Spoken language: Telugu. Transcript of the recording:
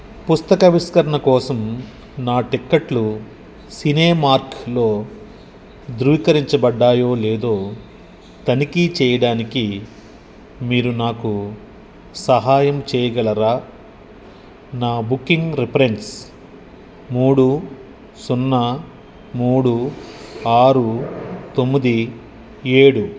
పుస్తకావిష్కరణ కోసం నా టిక్కెట్లు సినీమార్ట్లో ధృవీకరించబడ్డాయో లేదో తనిఖీ చెయ్యడానికి మీరు నాకు సహాయం చెయ్యగలరా నా బుకింగ్ రిఫరెన్స్ మూడు సున్నా మూడు ఆరు తొమ్మిది ఏడు